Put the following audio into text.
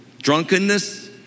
drunkenness